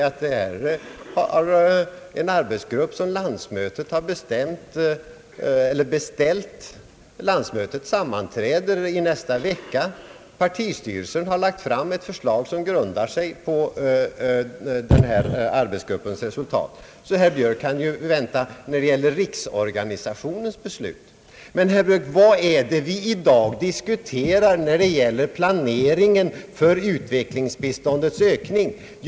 Men det förhåller sig så att landsmötet äger rum i nästa vecka, och partistyrelsen har lagt fram ett förslag som grundar sig på arbetsgruppens resultat. Herr Björk bör alltså vänta litet med kommentarerna till riksorganisationens beslut. Vad är det vi i dag diskuterar när det gäller planeringen för utvecklingsbiståndets ökning, herr Björk?